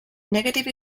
negative